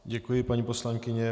Děkuji, paní poslankyně.